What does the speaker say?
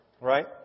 right